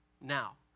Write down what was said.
now